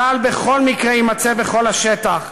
צה"ל בכל מקרה יימצא בכל השטח,